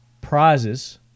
prizes